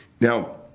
Now